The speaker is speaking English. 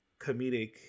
comedic